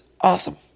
awesome